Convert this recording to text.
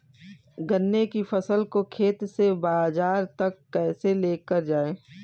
गन्ने की फसल को खेत से बाजार तक कैसे लेकर जाएँ?